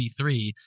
B3